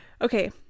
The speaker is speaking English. Okay